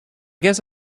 guess